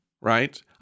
right